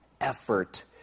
effort